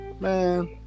Man